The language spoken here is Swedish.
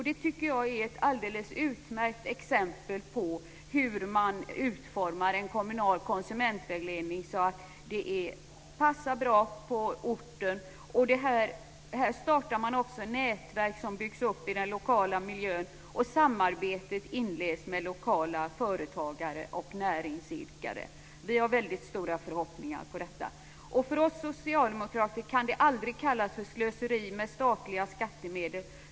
Det tycker jag är ett alldeles utmärkt exempel på hur man utformar en kommunal konsumentvägledning så att den passar bra på orten. Man startar nätverk som byggs upp i den lokala miljön, och man inleder samarbete med lokala företagare och näringsidkare. Vi har väldigt stora förhoppningar vad gäller detta. För oss socialdemokrater kan det aldrig kallas för slöseri med statliga skattemedel.